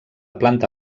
planta